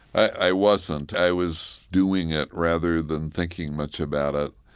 i wasn't. i was doing it rather than thinking much about it.